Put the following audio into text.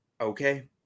okay